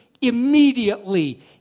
immediately